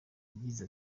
yagize